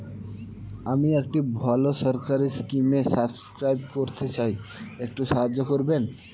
আমি একটি ভালো সরকারি স্কিমে সাব্সক্রাইব করতে চাই, একটু সাহায্য করবেন?